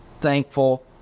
thankful